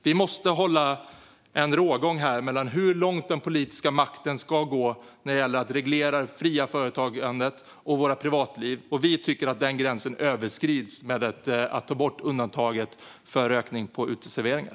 Vi måste hålla en rågång mellan hur långt den politiska makten ska gå när det gäller att reglera det fria företagandet och våra privatliv. Vi tycker att den gränsen överskrids med att ta bort undantaget för rökning på uteserveringar.